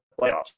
playoffs